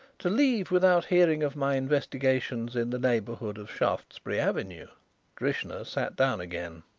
to leave without hearing of my investigations in the neighbourhood of shaftesbury avenue drishna sat down again.